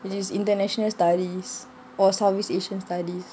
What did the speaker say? which is international studies or southeast asian studies